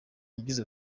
yagize